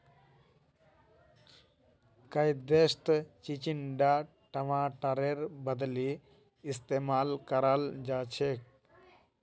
कई देशत चिचिण्डा टमाटरेर बदली इस्तेमाल कराल जाछेक